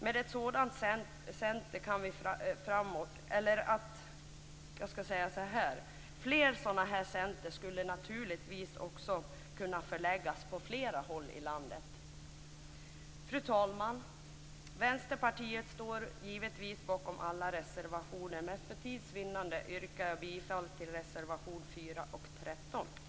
Flera sådana centrum skulle kunna förläggas på andra håll i landet. Fru talman! Vänsterpartiet står givetvis bakom alla reservationer, men för tids vinnande yrkar jag bifall till reservationerna 4 och 13.